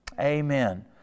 Amen